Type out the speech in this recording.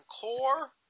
core